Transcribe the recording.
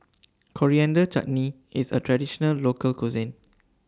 Coriander Chutney IS A Traditional Local Cuisine